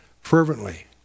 fervently